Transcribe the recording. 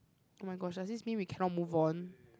oh-my-gosh does this mean we cannot move on